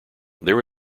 there